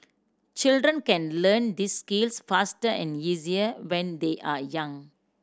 children can learn these skills faster and easier when they are young